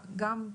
גם,